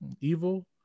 evil